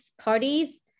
parties